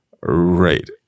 Right